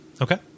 Okay